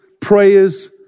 prayers